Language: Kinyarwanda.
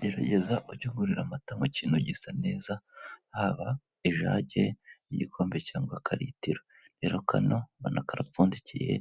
Gerageza ujye ugurira amata mu kintu gisa neza haba ijage igikombe cyangwa akaritiro, rero kano urabona karapfundikiye,